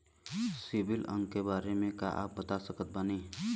CIBIL अंक के बारे मे का आप बता सकत बानी?